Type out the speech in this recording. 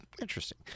Interesting